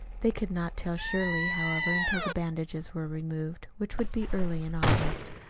they could not tell surely, however, until the bandages were removed, which would be early in august.